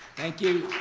thank you,